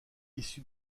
issue